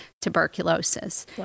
tuberculosis